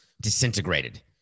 disintegrated